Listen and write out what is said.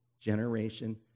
generation